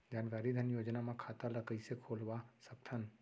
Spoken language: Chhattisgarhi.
जानकारी धन योजना म खाता ल कइसे खोलवा सकथन?